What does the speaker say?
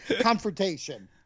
confrontation